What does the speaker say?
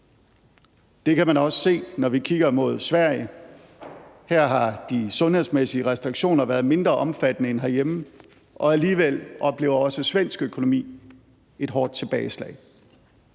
Det kan man også se, når vi kigger mod Sverige. Her har de sundhedsmæssige restriktioner været mindre omfattende end herhjemme, og alligevel oplever også svensk økonomi et hårdt tilbageslag.